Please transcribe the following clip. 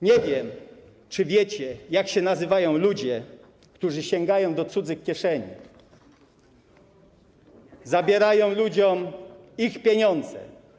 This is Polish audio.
Nie wiem, czy wiecie, jak się nazywają ludzie, którzy sięgają do cudzych kieszeni, zabierają ludziom ich pieniądze.